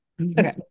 okay